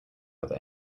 other